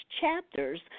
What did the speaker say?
chapters